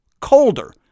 colder